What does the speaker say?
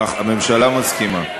הממשלה מסכימה.